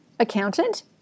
Accountant